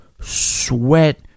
sweat